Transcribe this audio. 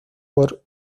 por